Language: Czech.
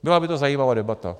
Byla by to zajímavá debata.